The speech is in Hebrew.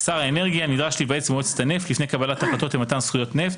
שר האנרגיה נדרש להיוועץ במועצת הנפט לפני קבלת החלטות למתן זכויות נפט,